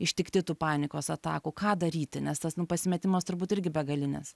ištikti tų panikos atakų ką daryti nes tas nu pasimetimas turbūt irgi begalinis